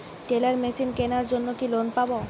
Teller machine কেনার জন্য কি লোন পাব?